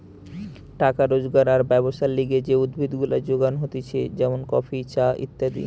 টাকা রোজগার আর ব্যবসার লিগে যে উদ্ভিদ গুলা যোগান হতিছে যেমন কফি, চা ইত্যাদি